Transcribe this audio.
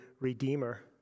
redeemer